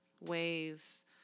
ways